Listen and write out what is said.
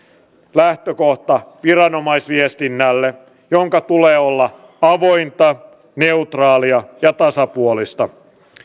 lähtökohta viranomaisviestinnälle jonka tulee olla avointa neutraalia ja tasapuolista